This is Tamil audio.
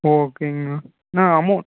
ஓகேங்கண்ணா அண்ணா அமௌண்ட்